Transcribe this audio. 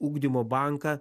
ugdymo banką